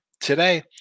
today